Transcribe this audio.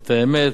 את האמת,